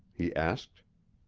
he asked.